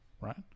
right